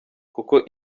kuko